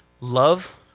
love